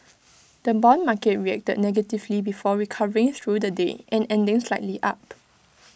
the Bond market reacted negatively before recovering through the day and ending slightly up